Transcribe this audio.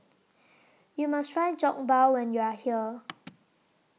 YOU must Try Jokbal when YOU Are here